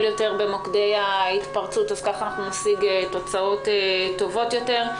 יותר במוקדי ההתפרצות כך נשיג תוצאות טובות יותר.